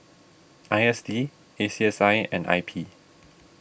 I S D A C S I and I P